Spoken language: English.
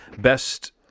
best